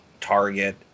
Target